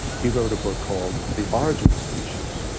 he wrote a book called the origin of species.